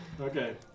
Okay